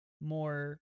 more